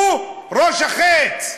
הוא ראש החץ.